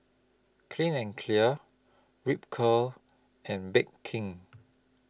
Clean and Clear Ripcurl and Bake King